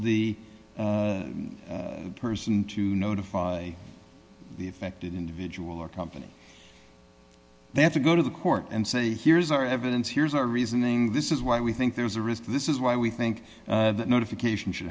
the person to notify the affected individual or company they have to go to the court and say here's our evidence here's our reasoning this is why we think there's a risk this is why we think that notification should